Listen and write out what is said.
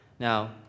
Now